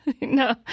no